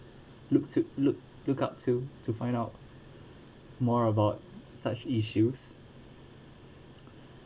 look to look look up to to find out more about such issues